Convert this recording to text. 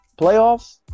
Playoffs